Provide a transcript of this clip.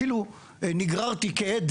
אפילו נגררתי כעד